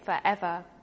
forever